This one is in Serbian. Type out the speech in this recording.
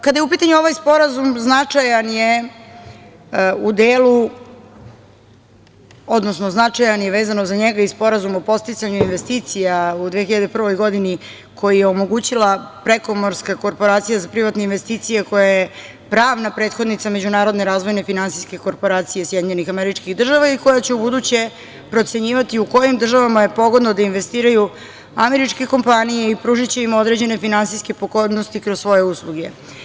Kada je u pitanju ovaj sporazum značajan je u delu, odnosno značajan je i vezan za njega Sporazum o podsticanju investicija u 2001. godini koji je omogućila prekomorska korporacija za privatne investicije, koja je pravna prethodnica Međunarodne razvojne finansijske korporacije SAD i koja će u buduće procenjivati u kojim državama je pogodno da investiraju američke kompanije i pružiće im određene finansijske pogodnosti kroz svoje usluge.